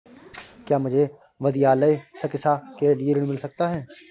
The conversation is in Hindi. क्या मुझे विद्यालय शिक्षा के लिए ऋण मिल सकता है?